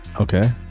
Okay